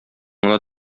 гына